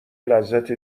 لذت